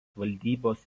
valdybos